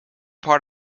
part